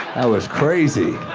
was crazy.